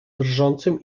drżącym